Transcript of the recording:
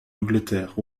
angleterre